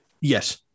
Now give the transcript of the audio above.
Yes